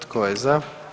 Tko je za?